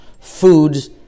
foods